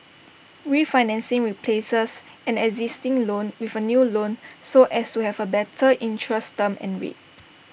refinancing replaces an existing loan with A new loan so as to have A better interest term and rate